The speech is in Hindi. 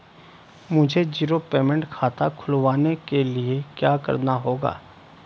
मुझे जीरो पेमेंट खाता खुलवाने के लिए क्या करना होगा?